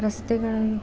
ರಸ್ತೆಗಳು